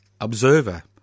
observer